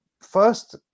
first